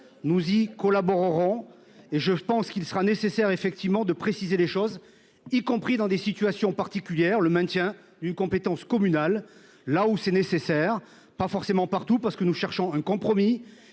nous ils collaboreront et je pense qu'il sera nécessaire effectivement de préciser les choses, y compris dans des situations particulières, le maintien d'une compétence communale là où c'est nécessaire, pas forcément partout parce que nous cherchons un compromis